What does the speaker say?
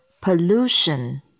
Pollution